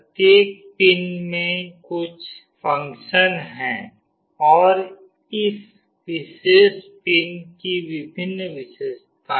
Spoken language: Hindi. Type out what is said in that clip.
प्रत्येक पिन के कुछ फंक्शन हैं और इस विशेष पिन की विभिन्न विशेषताएं हैं